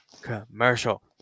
commercial